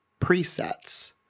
presets